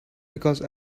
because